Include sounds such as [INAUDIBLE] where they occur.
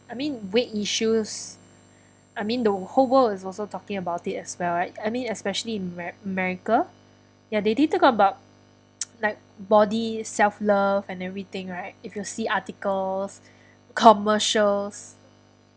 I mean weight issues I mean the whole world is also talking about it as well right I mean especially in ame~ america ya they did talk about [NOISE] like body self love and everything right if you see articles commercials